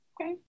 Okay